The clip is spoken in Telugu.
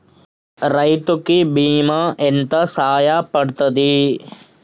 రైతు కి బీమా ఎంత సాయపడ్తది?